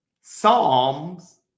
psalms